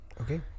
Okay